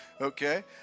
okay